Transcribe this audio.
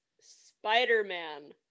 Spider-Man